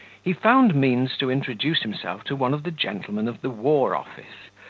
he found means to introduce himself to one of the gentlemen of the war office,